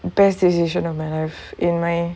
the best decision of my life in my